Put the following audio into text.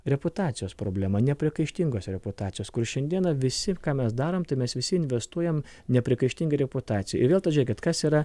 reputacijos problema nepriekaištingos reputacijos kur šiandieną visi ką mes darom tai mes visi investuojam nepriekaištinga reputacija ir vėl tai žiūrėkit kas yra